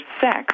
sex